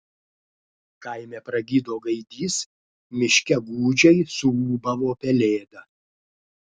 kaime pragydo gaidys miške gūdžiai suūbavo pelėda